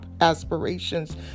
aspirations